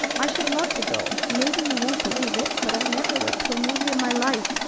i should love to go. maybe you won't believe it, but i never went to a movie in my life,